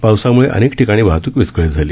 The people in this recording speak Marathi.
पावसामुळे अनेक ठिकाणी वाहतूक विस्कळीत झाली